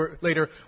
later